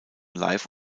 live